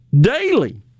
daily